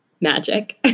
magic